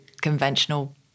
conventional